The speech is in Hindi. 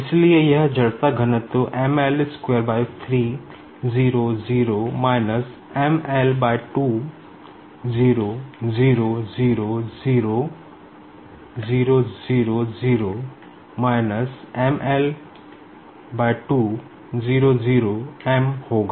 इसलिए यह इनरशिया टेंसेर होगा